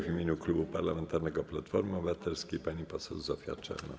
W imieniu klubu parlamentarnego Platformy Obywatelskiej pani poseł Zofia Czernow.